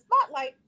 spotlight